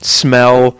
smell